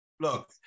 look